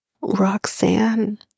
Roxanne